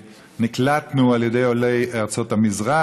שנקלטנו על ידי עולי ארצות המזרח,